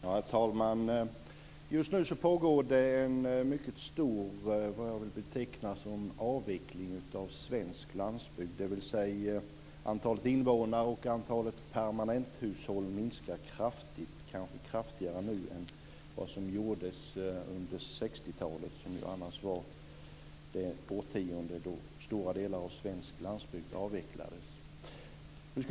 Herr talman! Just nu pågår det en mycket stor avveckling av svensk landsbygd. Antalet invånare och antalet permanenthushåll minskar kraftigt, kanske kraftigare nu än under 60-talet, som annars var det årtionde då stora delar av svensk landsbygd avvecklades.